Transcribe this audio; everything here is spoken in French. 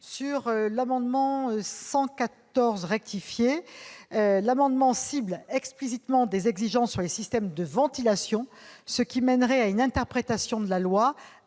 L'amendement n° 114 rectifié tend à cibler explicitement des exigences sur les systèmes de ventilation, ce qui conduirait à une interprétation de la loi